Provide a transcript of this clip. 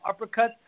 uppercuts